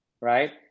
right